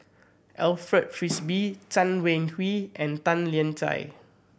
Alfred Frisby Chen Wen Hsi and Tan Lian Chye